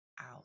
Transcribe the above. out